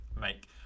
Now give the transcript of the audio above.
make